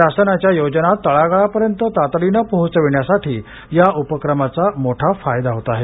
शासनाच्या योजना तळागाळापर्यत तातडीने पोहचवण्यासाठी या उपक्रमाचा मोठा फायदा होत आहे